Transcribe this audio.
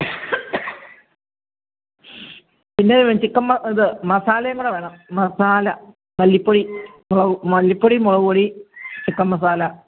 പിന്നെ ചിക്കെൻ ഇത് മസാലയും കൂടെ വേണം മസാല മല്ലിപ്പൊടി മുളക് മല്ലിപ്പൊടി മുളക്പൊടി ചിക്കൻ മസാല